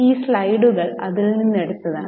ഈ സ്ലൈഡുകൾ അതിൽ നിന്ന് എടുത്തതാണ്